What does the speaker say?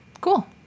Cool